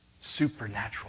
supernatural